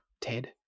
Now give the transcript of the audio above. Ted